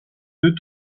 deux